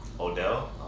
Odell